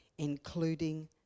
including